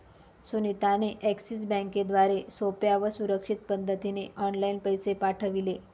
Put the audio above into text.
सुनीता ने एक्सिस बँकेद्वारे सोप्या व सुरक्षित पद्धतीने ऑनलाइन पैसे पाठविले